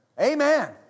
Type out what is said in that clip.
Amen